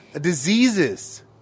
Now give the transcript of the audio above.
diseases